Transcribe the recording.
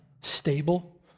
stable